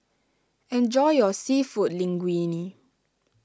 enjoy your Seafood Linguine